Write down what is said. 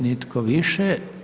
Nitko više.